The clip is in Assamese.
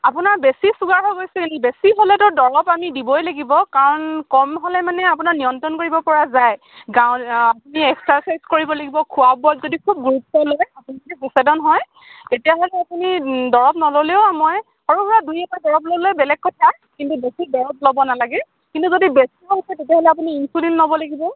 আপোনাৰ বেছি চুগাৰ হৈ গৈছেনি বেছি হ'লেতো দৰৱ আমি দিবই লাগিব কাৰণ কম হ'লে মানে আপোনাৰ নিয়ন্ত্ৰণ কৰিব পৰা যায় গাঁও আপুনি এক্সাৰচাইজ কৰিব লাগিব খোৱা বোৱাত যদি খুব গুৰুত্ব লয় আপুনি যদি সচেতন হয় তেতিয়াহ'লে আপুনি দৰব নল'লেও মই সৰু সুৰা দুই এটা দৰৱ ল'লেও বেলেগ কথা কিন্তু বেছি দৰৱ ল'ব নালাগে কিন্তু যদি বেছি হয় তেতিয়াহ'লে আপুনি ইঞ্চুলিন ল'ব লাগিব